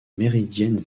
méridienne